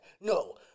No